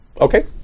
Okay